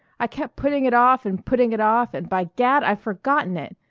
i kept putting it off and putting it off, and by gad i've forgotten it!